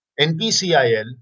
NPCIL